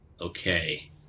Okay